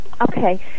Okay